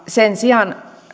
sen sijaan